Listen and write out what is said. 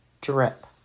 drip